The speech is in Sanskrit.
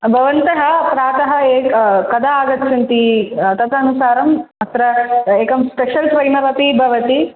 भवन्तः प्रातः एक कदा आगच्छन्ति तदनुसारम् अत्र एकं स्पेशल् ट्रैनर् अपि भवति